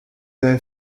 l’avez